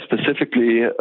Specifically